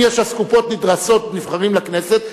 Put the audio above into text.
אם יש אסקופות נדרסות נבחרות לכנסת,